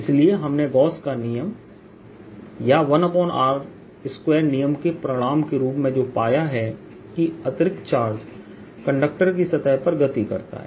इसलिए हमने गॉस के नियमGauss's Law या 1r2नियम के परिणाम के रूप में जो पाया है कि अतिरिक्त चार्ज कंडक्टर की सतह पर गति करता है